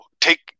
take –